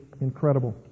incredible